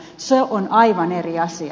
se on aivan eri asia